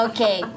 Okay